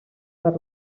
per